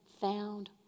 found